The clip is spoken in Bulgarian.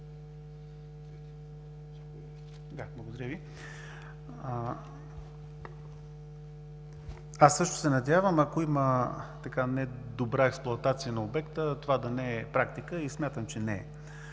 Аз също се надявам – ако има недобра експлоатация на обекта, това да не е практика и смятам че не е.